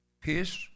peace